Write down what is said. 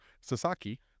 Sasaki